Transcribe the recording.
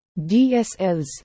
DSLs